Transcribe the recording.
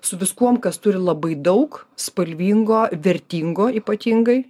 su viskuom kas turi labai daug spalvingo vertingo ypatingai